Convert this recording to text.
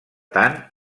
tant